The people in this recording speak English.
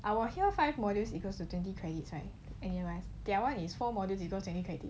I will clear five modules equals twenty credit right that one is four modules equal twenty credits